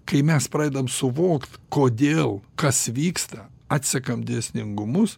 kai mes pradedam suvokti kodėl kas vyksta atsekam dėsningumus